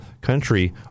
country